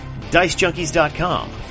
DiceJunkies.com